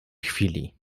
chwili